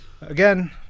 Again